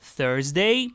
Thursday